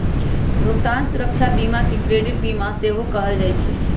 भुगतान सुरक्षा बीमा के क्रेडिट बीमा सेहो कहल जाइ छइ